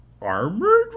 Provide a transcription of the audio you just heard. Armored